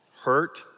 hurt